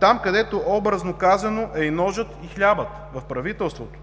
там, където образно казано е и ножът, и хлябът – в правителството.